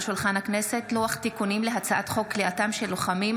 לוח תיקונים להצעת חוק כליאתם של לוחמים